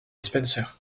spencer